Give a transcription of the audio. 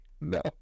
No